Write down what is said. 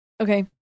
Okay